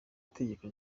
itegeko